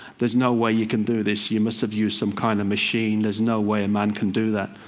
there's no way you can do this, you must have used some kind of machine. there's no way a man can do that.